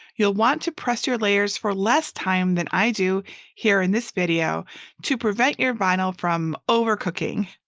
you'll want to press your layers for less time than i do here in this video to prevent your vinyl from over cooking.